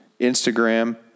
Instagram